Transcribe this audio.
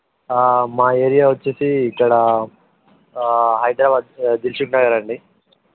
మా ఏరియా వచ్చేసి ఇక్కడ హైదరాబాద్ దిల్షుక్నగర్ అండి